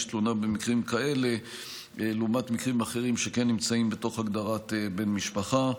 תלונה במקרים כאלה לעומת מקרים אחרים שכן נמצאים בתוך הגדרת בן משפחה.